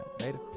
Later